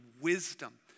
wisdom